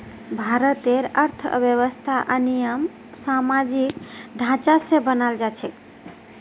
भारतेर अर्थव्यवस्था ययिंमन सामाजिक ढांचा स बनाल छेक